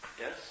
Yes